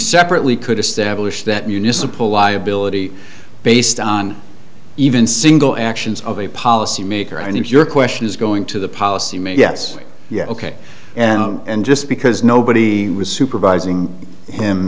separately could establish that municipal liability based on even single actions of a policymaker and if your question is going to the policy made yes yeah ok and just because nobody was supervising him